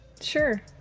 Sure